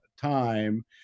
time